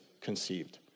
conceived